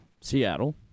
Seattle